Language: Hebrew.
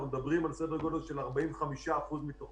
אנחנו מדברים על סדר גודל של 45% מתוך